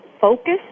focus